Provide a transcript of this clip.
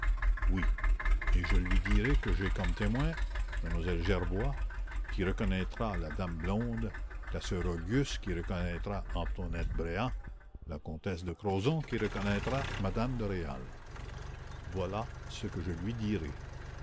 oui et je lui dirai que j'ai comme témoins m lle gerbois qui reconnaîtra la dame blonde la sœur auguste qui reconnaîtra antoinette bréhat la comtesse de crozon qui reconnaîtra m me de réal voilà ce que je lui dirai